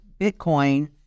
bitcoin